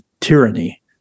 tyranny